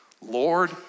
Lord